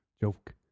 joke